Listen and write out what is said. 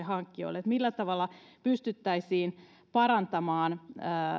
hankkijoille se millä tavalla pystyttäisiin parantamaan